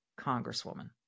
congresswoman